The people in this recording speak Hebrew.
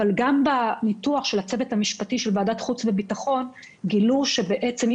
אבל גם בניתוח של הצוות המשפטי של ועדת החוץ והביטחון גילו שאם